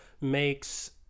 makes